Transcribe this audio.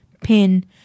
pin